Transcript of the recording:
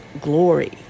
glory